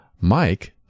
Mike